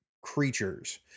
creatures